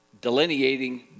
delineating